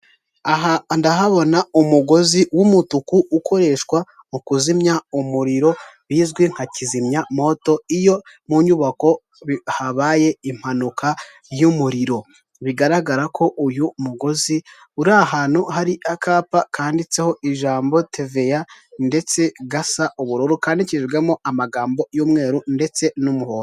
Aha ndahabona umugozi w'umutuku ukoreshwa mu kuzimya umuriro bizwi nka kizimya moto iyo mu nyubako habaye impanuka y'umuriro. Bigaragara ko uyu mugozi uri ahantu hari akapa kanditseho ijambo teveya ndetse gasa ubururu kandikishijwemo amagambo y'umweru ndetse n'umuhondo.